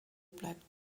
bleibt